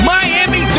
Miami